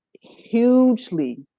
hugely